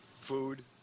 food